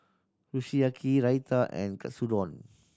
Kushiyaki Raita and Katsudon